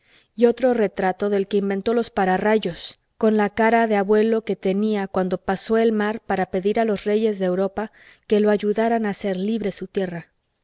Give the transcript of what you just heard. y otro retrato del que inventó el pararrayos con la cara de abuelo que tenla cuando pasó el mar para pedir a los reyes de europa que lo ayudaran a hacer libre su tierra